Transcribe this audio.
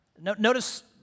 notice